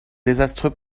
désastreux